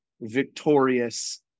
victorious